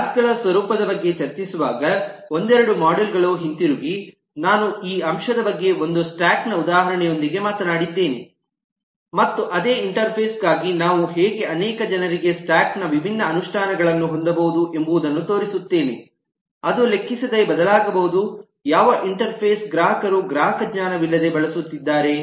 ಕ್ಲಾಸ್ಗಳ ಸ್ವರೂಪದ ಬಗ್ಗೆ ಚರ್ಚಿಸುವಾಗ ಒಂದೆರಡು ಮಾಡ್ಯೂಲ್ ಗಳು ಹಿಂತಿರುಗಿ ನಾನು ಈ ಅಂಶದ ಬಗ್ಗೆ ಒಂದು ಸ್ಟಾಕ್ ನ ಉದಾಹರಣೆಯೊಂದಿಗೆ ಮಾತನಾಡಿದ್ದೇನೆ ಮತ್ತು ಅದೇ ಇಂಟರ್ಫೇಸ್ ಗಾಗಿ ನಾವು ಹೇಗೆ ಅನೇಕ ಜನರಿಗೆ ಸ್ಟಾಕ್ನ ವಿಭಿನ್ನ ಅನುಷ್ಠಾನಗಳನ್ನು ಹೊಂದಬಹುದು ಎಂಬುದನ್ನು ತೋರಿಸುತ್ತೇನೆ ಅದು ಲೆಕ್ಕಿಸದೆ ಬದಲಾಗಬಹುದು ಯಾವ ಇಂಟರ್ಫೇಸ್ ಗ್ರಾಹಕರು ಗ್ರಾಹಕ ಜ್ಞಾನವಿಲ್ಲದೆ ಬಳಸುತ್ತಿದ್ದಾರೆ